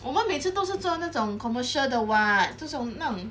我们每次都是坐那种 commercial 的就是这种